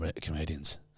comedians